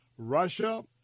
Russia